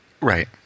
Right